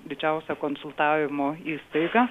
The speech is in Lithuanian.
didžiausia konsultavimo įstaiga